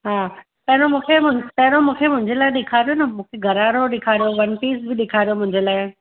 हा पहिरों मूंखे पहिरों मूंखे मुंहिंजे ॾेखारियो न मूंखे घरारो ॾेखारो वन पीस बि ॾेखारो मुंहिंजे लाइ